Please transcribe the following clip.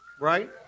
right